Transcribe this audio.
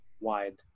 wide